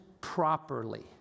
properly